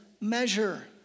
measure